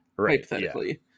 hypothetically